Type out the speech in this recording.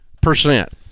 percent